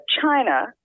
China